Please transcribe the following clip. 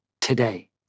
today